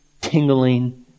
tingling